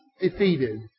defeated